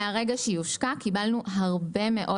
מהרגע שהיא הושקה קיבלנו הרבה מאוד